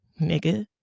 nigga